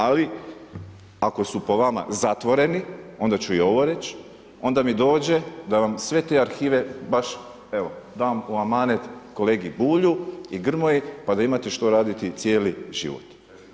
Ali, ako su po vama zatvoreni, onda ću i ovo reći, onda mi dođe da sve te arhive, baš, evo, dam u amanet kolegi Bulju i Grmoji pa da imate što raditi cijeli život.